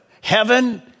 Heaven